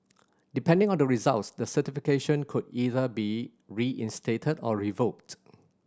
depending on the results the certification could either be reinstated or revoked